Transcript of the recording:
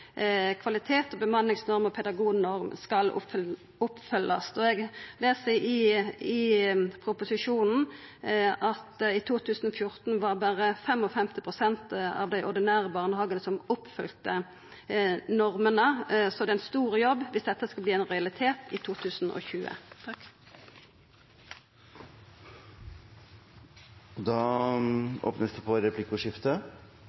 kvalitet, bemanningsnorm og pedagognorm skal følgjast opp. Eg les i proposisjonen at det i 2014 berre var 55 pst. av dei ordinære barnehagane som oppfylte normene. Så det er ein stor jobb viss dette skal verta ein realitet i 2020.